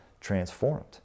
transformed